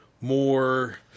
more